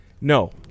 No